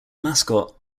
mascot